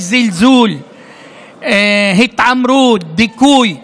יש זלזול, התעמרות, דיכוי.